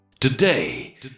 Today